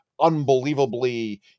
unbelievably